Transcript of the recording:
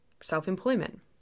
self-employment